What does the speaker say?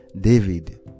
David